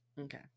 Okay